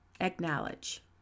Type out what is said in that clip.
acknowledge